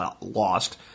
lost